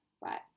right